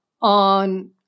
on